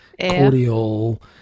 cordial